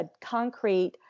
concrete